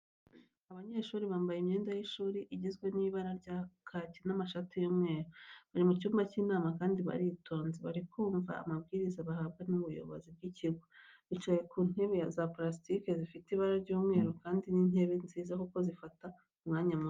Abanyeshuri bambaye imyenda y'ishuri igizwe n'ibara rya kaki n'amashati y'umweru, bari mu cyumba cy'inama kandi baritonze bari kumva amabwirizwa bahabwa n'ubuyobozi bw'ikigo. Bicaye ku ntebe za pulasitike zifite ibara ry'umweru kandi ni intebe nziza kuko zifata umwanya muto.